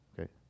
Okay